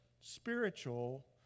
spiritual